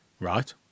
Right